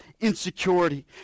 insecurity